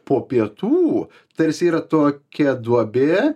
po pietų tarsi yra tokia duobė